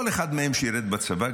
כל אחד מהם שירת בצבא.